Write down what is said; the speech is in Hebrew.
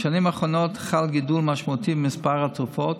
בשנים האחרונות חל גידול משמעותי במספר התרופות,